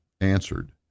answered